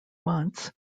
months